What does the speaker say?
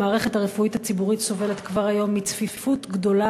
המערכת הרפואית הציבורית סובלת כבר היום מצפיפות גדולה